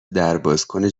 دربازکن